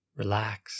relax